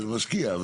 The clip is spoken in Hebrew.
זה משקיע.